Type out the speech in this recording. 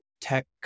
tech